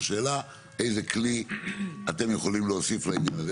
השאלה איזה כלי אתם יכולים להוסיף לעניין הזה?